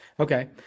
Okay